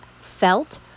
felt